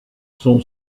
son